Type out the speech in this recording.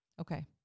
Okay